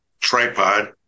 tripod